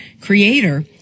creator